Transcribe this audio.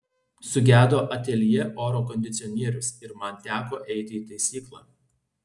sugedo ateljė oro kondicionierius ir man teko eiti į taisyklą